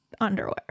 underwear